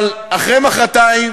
אבל גם אם היא מרתיחה אותי,